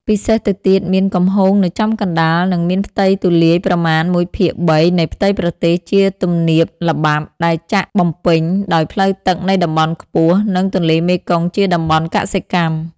ពិសេសទៅទៀតមាន កំហូងនៅចំកណ្តាល និងមានផ្ទៃទូលាយប្រមាណ១ភាគ៣នៃផ្ទៃប្រទេសជាទំនាបល្បាប់ ដែលចាក់បំពេញ ដោយផ្លូវទឹកនៃតំបន់ខ្ពស់ និង ទន្លេមេគង្គជាតំបន់កសិកម្ម។